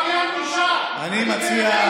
אתה עבריין מורשע, אני מציע,